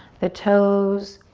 the toes.